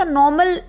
normal